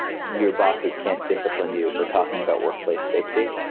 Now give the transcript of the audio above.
your bosses can't discipline you for talking about workplace safety.